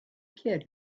kid